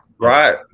Right